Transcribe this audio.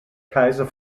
kaiser